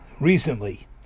recently